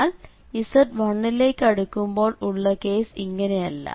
എന്നാൽ z 1 ലേക്ക് അടുക്കുമ്പോൾ ഉള്ള കേസ് ഇങ്ങനെയല്ല